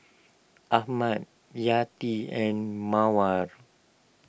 Ahmad Yati and Mawar